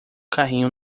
carrinho